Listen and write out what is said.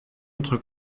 autre